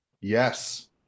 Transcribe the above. yes